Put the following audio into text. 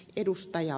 puhemies